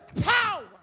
power